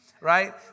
right